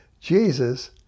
Jesus